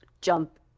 jump